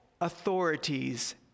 authorities